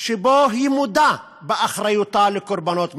שבו היא מודה באחריותה לקורבנות "מרמרה"